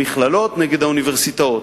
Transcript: המכללות נגד האוניברסיטאות,